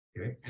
okay